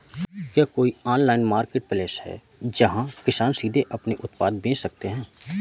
क्या कोई online marketplace है जहाँ किसान सीधे अपने उत्पाद बेच सकते हैं?